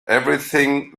everything